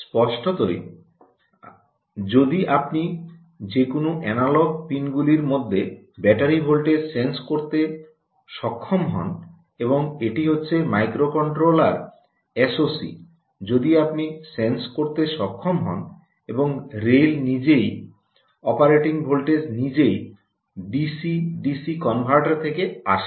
স্পষ্টতই যদি আপনি যেকোনো এনালগ পিনগুলির মধ্যে ব্যাটারি ভোল্টেজ সেন্স করতে সক্ষম হন এবং এটি হচ্ছে মাইক্রোকন্ট্রোলার এসওসি যদি আপনি সেন্স করতে সক্ষম হন এবং রেল নিজেই অপারেটিং ভোল্টেজ নিজেই ডিসি ডিসি কনভার্টার থেকে আসে